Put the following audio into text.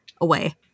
away